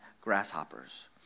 grasshoppers